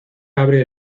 abre